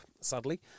sadly